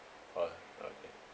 oh okay